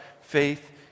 faith